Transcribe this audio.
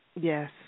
Yes